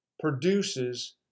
produces